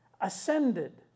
ascended